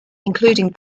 including